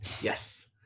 yes